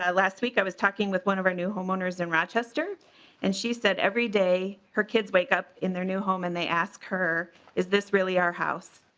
last week i was talking with one of our new homeowners and rochester and she said every day her kids wake up in their new home and they asked her is this really our house.